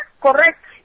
correct